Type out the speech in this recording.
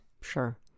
Sure